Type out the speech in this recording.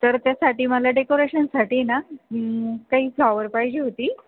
तर त्यासाठी मला डेकोरेशनसाठी ना काही फ्लॉवर पाहिजे होती